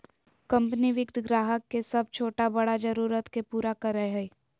company वित्त ग्राहक के सब छोटा बड़ा जरुरत के पूरा करय हइ